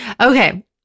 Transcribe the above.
Okay